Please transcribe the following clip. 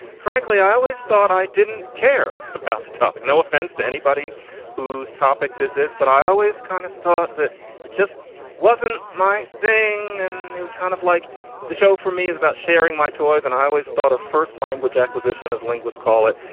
frankly, i always thought i didn't care about the topic. no offense to anybody whose topic this is, but i always kind of thought that it just wasn't my thing. and it was kind of like the show for me is about sharing my toys. and i always thought of first language acquisition, as linguists call it.